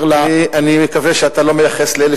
אני מקווה שאתה לא מייחס לאלה